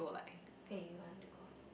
wait you want to go off